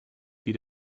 wie